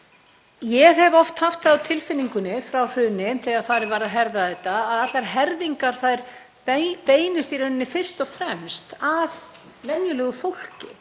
ég hef oft haft það á tilfinningunni frá hruni þegar farið var að herða þetta að allar herðingar beinist í rauninni fyrst og fremst að venjulegu fólki,